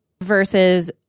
Versus